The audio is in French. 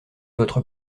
votre